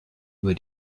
über